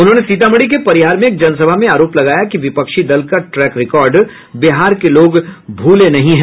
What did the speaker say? उन्होंने सीतामढ़ी के परिहार में एक जनसभा मे आरोप लगाया कि विपक्षी दल का ट्रैक रिकार्ड बिहार के लोग भूले नहीं हैं